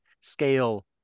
scale